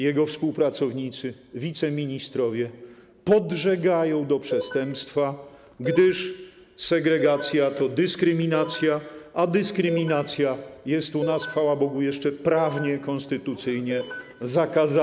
Jego współpracownicy, wiceministrowie podżegają do przestępstwa, gdyż segregacja to dyskryminacja, a dyskryminacja jest u nas, chwała Bogu, jeszcze prawnie, konstytucyjnie zakazana.